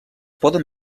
poden